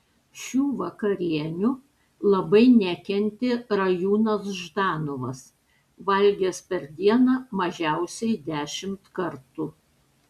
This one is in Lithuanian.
šių vakarienių labai nekentė rajūnas ždanovas valgęs per dieną mažiausiai dešimt kartų